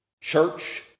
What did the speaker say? church